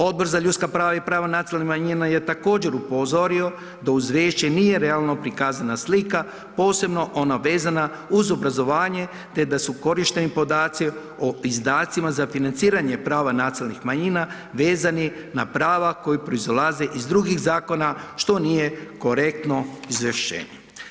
Odbor za ljudska prava i prava nacionalnih manjina je također upozorio da uz riječi nije realno prikazana slika, posebno ona vezana uz obrazovanje, te da su korišteni podaci o izdacima za financiranje prava nacionalnih manjina vezani na prava koja proizilaze iz drugih zakona, što nije korektno izvješćenje.